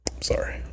Sorry